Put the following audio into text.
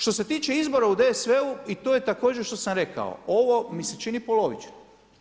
Što se tiče izbora u DSV-u i to je također što sam rekao, ovo mi se čini polovično.